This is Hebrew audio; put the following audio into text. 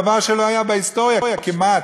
דבר שלא היה בהיסטוריה כמעט.